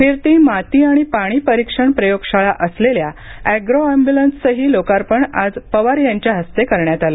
फिरती माती आणि पाणी परिक्षण प्रयोगशाळा असलेल्या एग्रो एम्ब्य्लन्सचंही लोकार्पण आज पवार यांच्या हस्ते करण्यात आलं